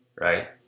right